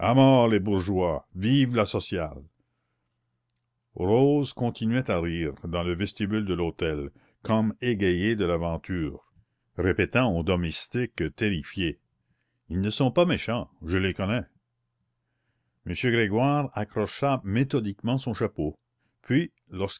les bourgeois vive la sociale rose continuait à rire dans le vestibule de l'hôtel comme égayée de l'aventure répétant au domestique terrifié ils ne sont pas méchants je les connais m grégoire accrocha méthodiquement son chapeau puis